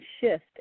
shift